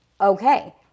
okay